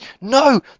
No